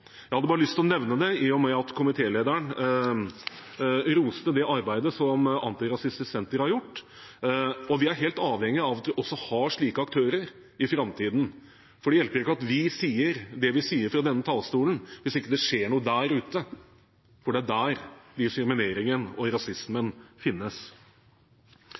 Jeg hadde bare lyst til å nevne det i og med at komitélederen roste arbeidet som Antirasistisk Senter har gjort. Vi er helt avhengig av at vi også har slike aktører i framtiden. Det hjelper ikke at vi sier det vi sier fra denne talerstolen, hvis det ikke skjer noe der ute, for det er der diskrimineringen og rasismen finnes.